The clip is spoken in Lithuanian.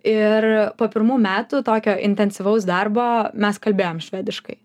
ir po pirmų metų tokio intensyvaus darbo mes kalbėjom švediškai